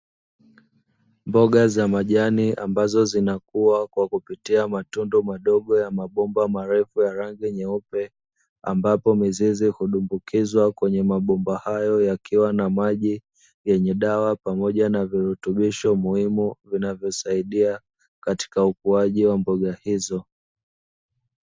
Mboga za majani ambazo zinakuwa kwa kupitia matundu madogo ya mabomba marefu ya rangi nyeupe, ambapo mizizi hudumbukizwa kwenye mabomba hayo yakiwa na maji yenye dawa, pamoja na virutubisho muhimu, vinavyosaidia katika ukuaji wa mboga hizo.